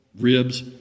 ribs